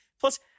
Plus